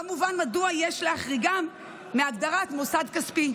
לא מובן מדוע יש להחריגם מהגדרת מוסד כספי.